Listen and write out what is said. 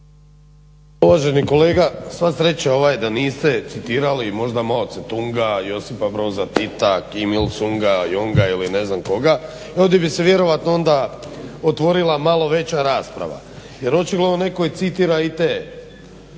Uvaženi kolega, sva sreća da niste citirali možda Mao Tse Tung, Josipa Broza Tita, …, Junga ili ne znam koga i ovdje bi se vjerojatno onda otvorila malo veća rasprava jer očigledno onaj koji citira i te